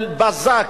בחקיקת בזק,